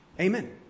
amen